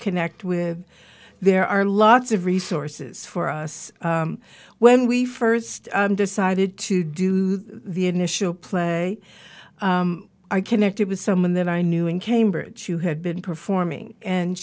connect with there are lots of resources for us when we first decided to do the initial play i connected with someone that i knew in cambridge who had been performing and